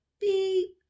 beep